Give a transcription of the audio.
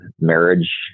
marriage